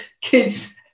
kids